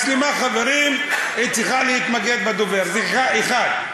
מצלמה, חברים, צריכה להתמקד בדובר, זה כלל אחד,